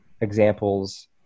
examples